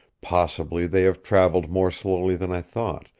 possibly they have traveled more slowly than i thought,